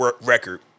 record